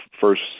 first